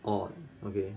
orh okay